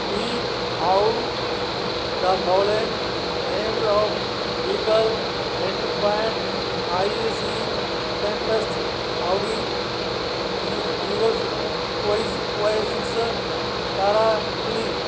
speak out the following names of vehicle hint pontiac tempest Audi G zero quentin six tarantino